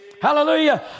Hallelujah